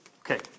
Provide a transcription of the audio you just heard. Okay